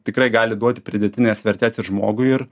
tikrai gali duoti pridėtinės vertės ir žmogui ir